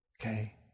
Okay